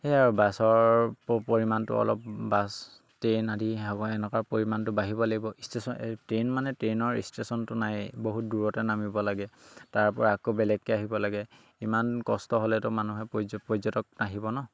সেয়াই আৰু বাছৰ প পৰিমাণটো অলপ বাছ ট্ৰেইন আদি হ'ব এনেকুৱা পৰিমাণটো বাঢ়িব লাগিব ষ্টেশ্যন এই ট্ৰেইন মানে ট্ৰেইনৰ ষ্টেশ্যনতো নায়েই বহুত দূৰতে নামিব লাগে তাৰ পৰা আকৌ বেলেগকৈ আহিব লাগে ইমান কষ্ট হ'লেতো মানুহে পৰ্য পৰ্যটক নাহিব ন